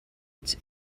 its